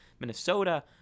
Minnesota